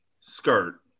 skirt